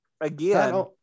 again